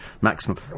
Maximum